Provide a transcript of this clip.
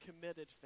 committed